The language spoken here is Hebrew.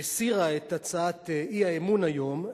הסירה את הצעת האי-אמון היום,